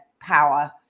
power